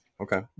Okay